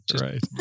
Right